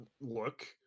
look